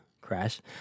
crash